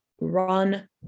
run